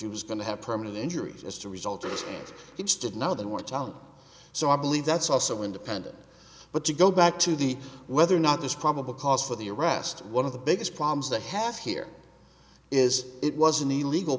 he was going to have permanent injuries as to results he just did now the mortality so i believe that's also independent but to go back to the whether or not there's probable cause for the arrest one of the biggest problems that have here is it was an illegal